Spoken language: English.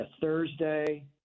Thursday